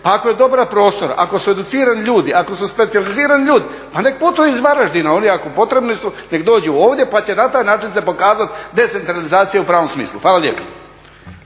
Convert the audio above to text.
pa ako je dobar prostor, ako su educirani ljudi, ako su specijalizirani ljudi pa nek putuju iz Varaždina oni ako potrebni su, nek dođu ovdje pa će na taj način se pokazati decentralizacija u pravom smislu. Hvala lijepa.